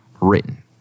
written